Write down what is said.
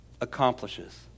accomplishes